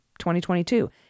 2022